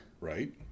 Right